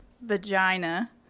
vagina